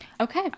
okay